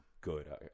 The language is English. good